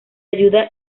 ayuda